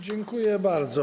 Dziękuję bardzo.